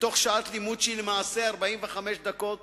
בתוך שעת לימוד, שהיא למעשה 45 דקות.